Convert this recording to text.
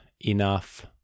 enough